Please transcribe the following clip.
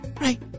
Right